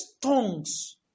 tongues